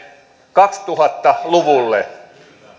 kaksituhatta luvulle